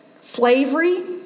slavery